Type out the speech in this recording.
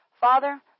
Father